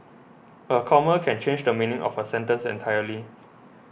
a comma can change the meaning of a sentence entirely